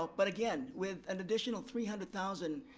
but again, with an additional three hundred thousand